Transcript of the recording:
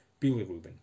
bilirubin